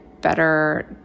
better